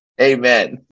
Amen